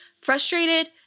frustrated